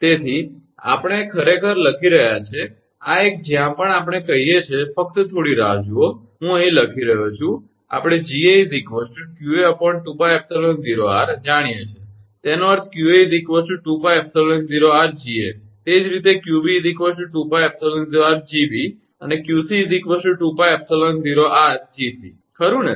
અને તેથી આપણે ખરેખર લખી રહ્યા છીએ આ એક જ્યાં આપણે કહીએ છીએ ફક્ત થોડી રાહ જુઓ અહીં હું લખી રહ્યો છું આપણે 𝐺𝑎 𝑞𝑎2𝜋𝜖𝑜𝑟 જાણીએ છીએ જેનો અર્થ 𝑞𝑎 2𝜋𝜖𝑜𝑟𝐺𝑎 એ જ રીતે 𝑞𝑏 2𝜋𝜖𝑜𝑟𝐺𝑏 અને 𝑞𝑐 2𝜋𝜖𝑜𝑟𝐺𝑐 ખરું ને